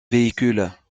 véhicules